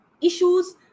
issues